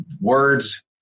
words